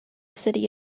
city